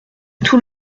tout